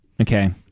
Okay